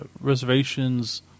reservations